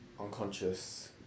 unconscious